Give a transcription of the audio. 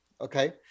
okay